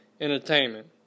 entertainment